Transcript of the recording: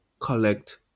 collect